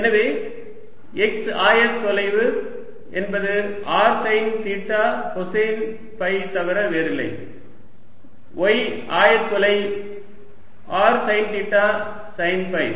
எனவே x ஆயத்தொலை என்பது r sine theta cosine phi தவிர வேறில்லை y ஆயத்தொலை r sine theta sine five